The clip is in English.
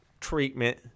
treatment